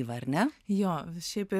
jo šiaip